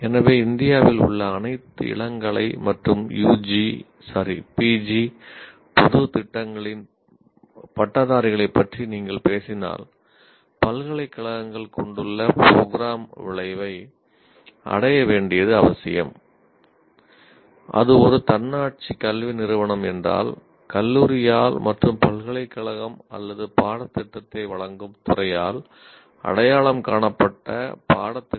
எனவே இந்தியாவில் உள்ள அனைத்து இளங்கலை மற்றும் பி